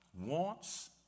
wants